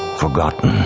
forgotten,